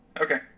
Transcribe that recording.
Okay